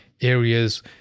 areas